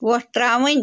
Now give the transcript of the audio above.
وۄٹھ ترٛاوٕنۍ